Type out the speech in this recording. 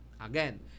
again